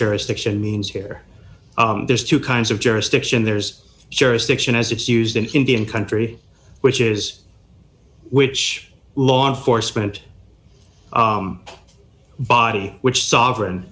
jurisdiction means here there's two kinds of jurisdiction there's jurisdiction as it's used in indian country which is which law enforcement by which sovereign